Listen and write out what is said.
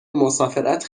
مسافرت